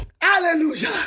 Hallelujah